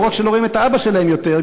לא רק שלא רואים את אבא שלהם יותר,